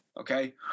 Okay